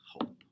hope